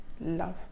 love